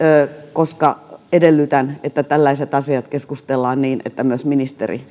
koska edellytän että tällaiset asiat keskustellaan niin että myös ministeri